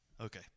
Okay